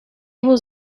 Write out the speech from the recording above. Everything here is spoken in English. was